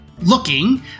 Looking